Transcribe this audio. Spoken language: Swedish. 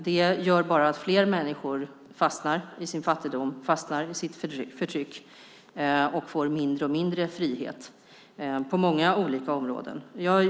Det gör bara att fler människor fastnar i sin fattigdom och i sitt förtryck och får mindre och mindre frihet på många olika områden.